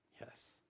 Yes